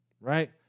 right